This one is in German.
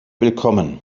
willkommen